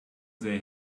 they